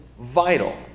vital